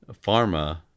pharma